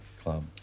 club